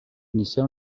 inicià